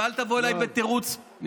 ואל תבוא אליי בתירוץ, יואב.